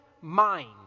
mind